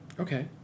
okay